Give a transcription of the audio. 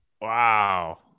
Wow